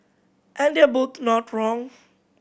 and they're both not wrong